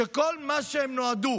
שכל מה שהם נועדו